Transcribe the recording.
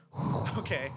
okay